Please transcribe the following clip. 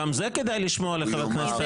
גם זה כדאי לשמוע לחבר הכנסת הלוי.